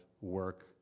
work